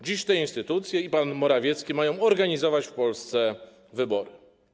Dziś te instytucje i pan Morawiecki mają organizować w Polsce wybory.